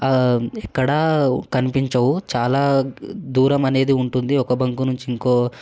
ఎక్కడా కనిపించవు చాలా దూరం అనేది ఉంటుంది ఒక బంకు నుంచి ఇంకో